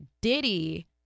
Diddy